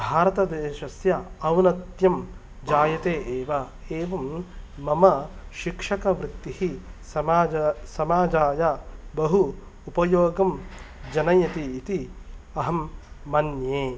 भारतदेशस्य औनत्यं जायते एव एवं मम शिक्षकवृत्तिः समाज समाजाय बहु उपयोगं जनयति इति अहं मन्ये